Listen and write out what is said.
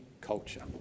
culture